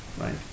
right